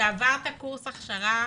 שעברת קורס הכשרה